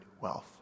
wealth